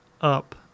up